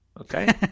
Okay